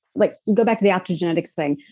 like go back to the optogenetics thing.